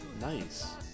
Nice